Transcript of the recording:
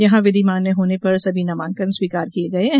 यहां विधिमान्य होने पर सभी नामाकन स्वीकार किये गये है